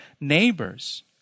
neighbors